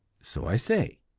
so i say